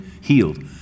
healed